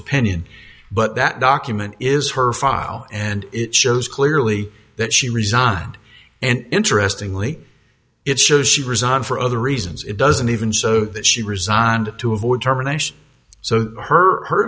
opinion but that document is her file and it shows clearly that she resigned and interestingly it shows she resigned for other reasons it doesn't even so that she resigned to avoid terminations so her